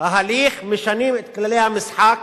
ההליך משנים את כללי המשחק,